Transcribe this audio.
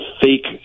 fake